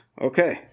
Okay